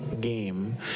game